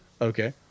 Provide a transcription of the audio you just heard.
Okay